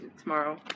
tomorrow